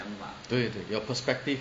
对对 your perspective